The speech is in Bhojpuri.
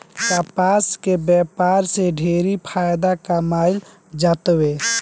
कपास के व्यापार से ढेरे फायदा कमाईल जातावे